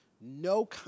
No